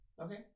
Okay